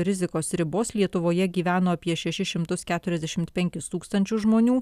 rizikos ribos lietuvoje gyveno apie šešis šimtus keturiasdešimt penkis tūkstančius žmonių